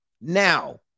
Now